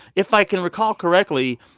if i can recall correctly,